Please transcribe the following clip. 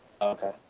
okay